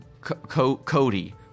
Cody